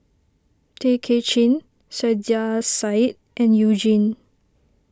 Tay Kay Chin Saiedah Said and You Jin